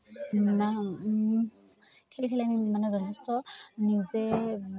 খেলি খেলি আমি মানে যথেষ্ট নিজে